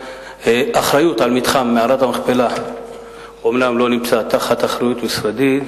מתחם מערת המכפלה לא נמצא תחת אחריות משרדי,